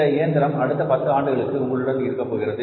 இந்த இயந்திரம் அடுத்த 10 ஆண்டுகளுக்கு உங்களுடன் இருக்கப் போகிறது